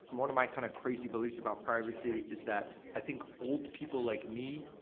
one of my kind of crazy beliefs about privacy is that i think old people like me,